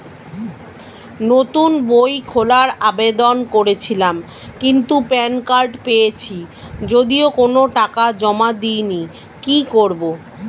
নতুন বই খোলার আবেদন করেছিলাম কিন্তু প্যান কার্ড পেয়েছি যদিও কোনো টাকা জমা দিইনি কি করব?